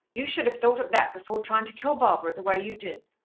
you should have thought of that before trying to kill barbara the way you did.